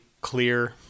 clear